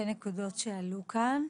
נקודות שעלו כאן.